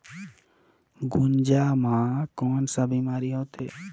गुनजा मा कौन का बीमारी होथे?